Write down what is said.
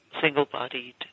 single-bodied